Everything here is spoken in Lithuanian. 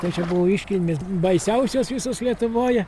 tai čia buvo iškilmės baisiausios visos lietuvoje